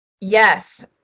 Yes